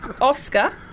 Oscar